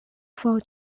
for